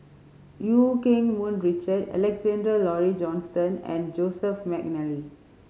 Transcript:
Eu Keng Mun Richard Alexander Laurie Johnston and Joseph McNally